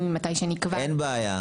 אם ממתי שנקבע --- אין בעיה.